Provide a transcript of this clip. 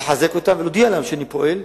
לחזק אותם ולהודיע להם שאני פועל,